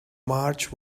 march